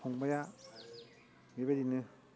फंबाया बेबायदिनो